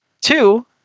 two